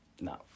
no